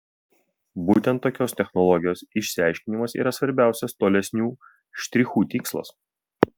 būtent tokios technologijos išsiaiškinimas yra svarbiausias tolesnių štrichų tikslas